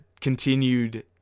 continued